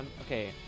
Okay